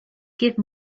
give